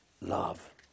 love